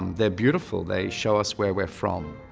they're beautiful. they show us where we're from.